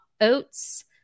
oats